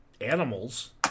animals